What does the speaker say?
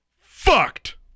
fucked